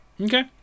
Okay